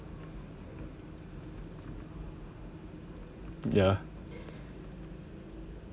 ya